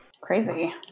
Crazy